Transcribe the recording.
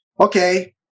okay